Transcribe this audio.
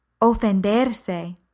Ofenderse